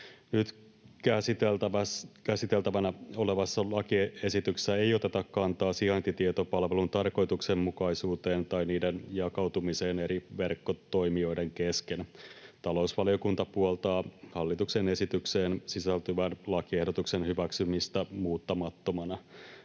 Nyt käsiteltävänä olevassa lakiesityksessä ei oteta kantaa sijaintitietopalvelun tarkoituksenmukaisuuteen tai jakautumiseen eri verkkotoimijoiden kesken. Talousvaliokunta puoltaa hallituksen esitykseen sisältyvän lakiehdotuksen hyväksymistä muuttamattomana.